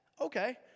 Okay